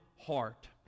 heart